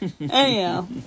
Anyhow